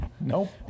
Nope